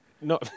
No